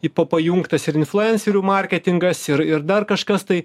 tipo pajungtas ir influencerių marketingas ir ir dar kažkas tai